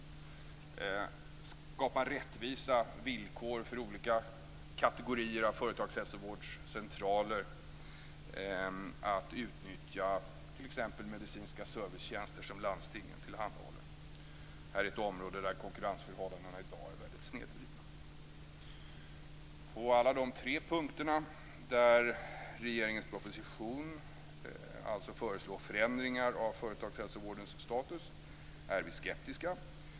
Det handlar om att skapa rättvisa villkor för olika kategorier av företagshälsovårdscentraler när det gäller att utnyttja t.ex. medicinska servicetjänster som landstingen tillhandahåller. Det här är ett område där konkurrensförhållandena i dag är väldigt snedvridna. På dessa tre punkter där regeringen i sin proposition föreslår förändringar av företagshälsovårdens status är vi alltså skeptiska.